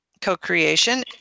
co-creation